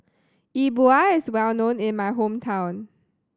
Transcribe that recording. E Bua is well known in my hometown